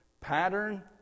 Pattern